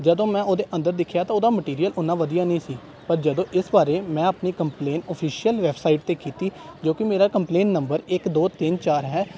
ਜਦੋਂ ਮੈਂ ਉਹਦੇ ਅੰਦਰ ਦੇਖਿਆ ਤਾਂ ਉਹਦਾ ਮਟੀਰੀਅਲ ਉਨਾ ਵਧੀਆ ਨਹੀਂ ਸੀ ਪਰ ਜਦੋਂ ਇਸ ਬਾਰੇ ਮੈਂ ਆਪਣੀ ਕੰਪਲੇਨ ਔਫਿਸ਼ੀਅਲ ਵੈਬਸਾਈਟ 'ਤੇ ਕੀਤੀ ਜੋ ਕਿ ਮੇਰਾ ਕੰਪਲੇਨ ਨੰਬਰ ਇੱਕ ਦੋ ਤਿੰਨ ਚਾਰ ਹੈ